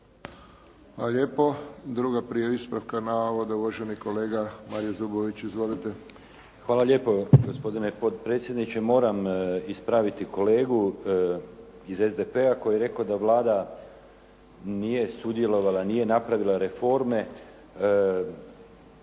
Hvala lijepo. Drugi ispravak navoda, uvaženi kolega Mario Zubović. Izvolite. **Zubović, Mario (HDZ)** Hvala lijepo gospodine potpredsjedniče. Moram ispraviti kolegu iz SDP-a koji je rekao da Vlada nije sudjelovala, nije napravila reforme.